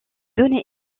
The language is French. données